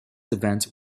event